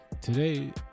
today